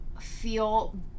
feel